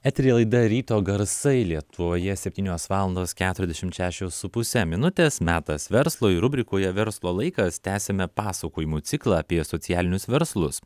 eteryje laida ryto garsai lietuvoje septynios valandos keturiasdešimt šešios su puse minutės metas verslui rubrikoje verslo laikas tęsiame pasakojimų ciklą apie socialinius verslus